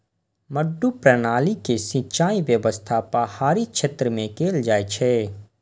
मड्डू प्रणाली के सिंचाइ व्यवस्था पहाड़ी क्षेत्र मे कैल जाइ छै